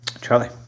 Charlie